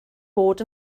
bod